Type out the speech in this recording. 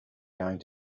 going